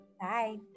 Bye